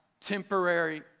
temporary